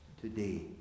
today